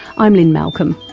i'm lynne malcolm,